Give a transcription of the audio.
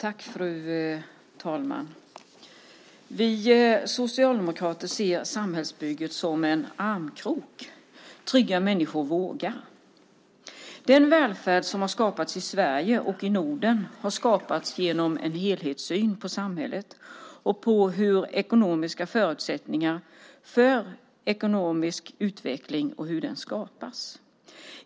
Fru talman! Vi socialdemokrater ser samhällsbygget som en armkrok. Trygga människor vågar. Den välfärd som har skapats i Sverige och i Norden har skapats genom en helhetssyn på samhället, på förutsättningar för ekonomisk utveckling och på hur sådana skapas.